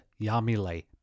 Yamile